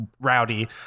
rowdy